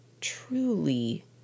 truly